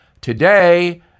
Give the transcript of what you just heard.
Today